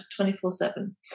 24-7